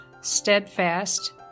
steadfast